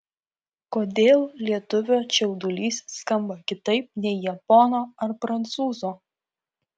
kodėl lietuvio čiaudulys skamba kitaip nei japono ar prancūzo